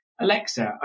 Alexa